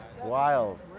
wild